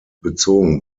bezogen